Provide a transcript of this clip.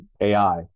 AI